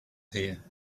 here